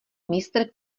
mistr